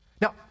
now